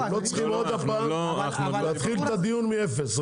לא צריכים עוד פעם להתחיל את הדיון מאפס.